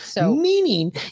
Meaning